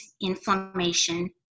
inflammation